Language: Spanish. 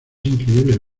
increíble